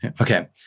Okay